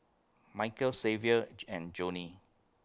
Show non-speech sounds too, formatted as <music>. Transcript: Michael Xavier <unintelligible> and Joni